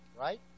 right